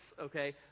okay